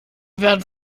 werden